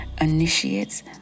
initiates